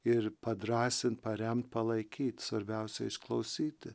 ir padrąsint paremt palaikyt svarbiausia išklausyti